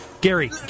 Gary